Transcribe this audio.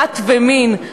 דת ומין.